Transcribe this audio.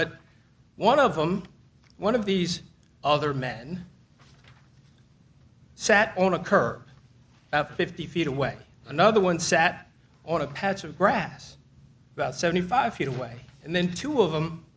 but one of them one of these other men sat on a curb at fifty feet away another one sat on a patch of grass about seventy five feet away and then two of them